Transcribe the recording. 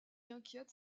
inquiète